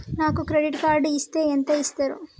నాకు credit card ఇస్తే ఎంత ఇస్తరు?